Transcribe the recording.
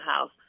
house